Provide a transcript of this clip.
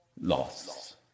Loss